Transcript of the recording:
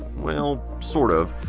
well, sort of.